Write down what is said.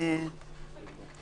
יש פה